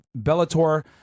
Bellator